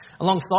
Alongside